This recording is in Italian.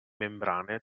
membrane